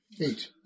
Eight